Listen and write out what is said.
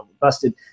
busted